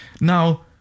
Now